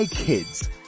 Kids